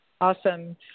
Awesome